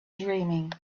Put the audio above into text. dreaming